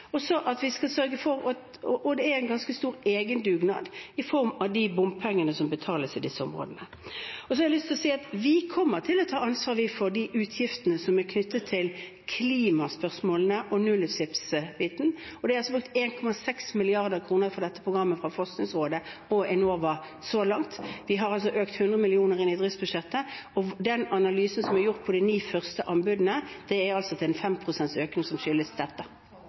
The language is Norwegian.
Det er en ganske stor egendugnad i form av de bompengene som betales i disse områdene. Så har jeg lyst til å si at vi kommer til å ta ansvar for de utgiftene som er knyttet til klimaspørsmålene og nullutslippsbiten. Det er brukt 1,6 mrd. kr på dette programmet fra Forskningsrådet og Enova så langt. Vi har økt driftsbudsjettet med 100 mill. kr. Den analysen som er gjort på de ni første anbudene, er at det er en 5 pst. økning som skyldes dette.